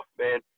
man